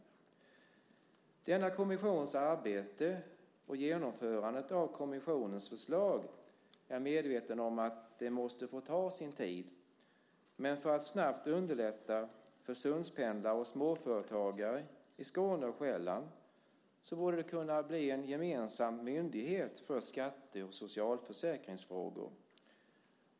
Jag är medveten om att denna kommissions arbete och genomförandet av kommissionens förslag måste få ta sin tid. Men för att snabbt underlätta för sundspendlare och småföretagare i Skåne och Själland borde det kunna bli en gemensam myndighet för skatte och socialförsäkringsfrågor.